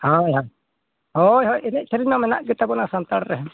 ᱦᱳᱭ ᱦᱳᱭ ᱦᱳᱭ ᱦᱳᱭ ᱮᱱᱮᱡ ᱥᱮᱨᱮᱧ ᱢᱟ ᱢᱮᱱᱟᱜ ᱜᱮᱛᱟ ᱵᱚᱱᱟ ᱥᱟᱱᱛᱟᱲ ᱨᱮ